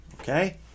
Okay